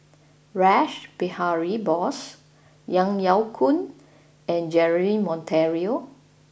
Rash Behari Bose Ang Yau Choon and Jeremy Monteiro